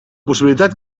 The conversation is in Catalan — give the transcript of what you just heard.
possibilitat